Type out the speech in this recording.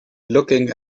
looking